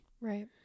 Right